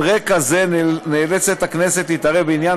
על רקע זה הכנסת נאלצת להתערב בעניין